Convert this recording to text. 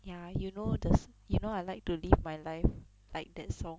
ya you know the you know I like to live my life like that song